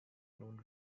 nun